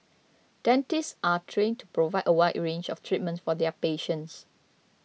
dentists are trained to provide a wide range of treatment for their patients